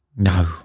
No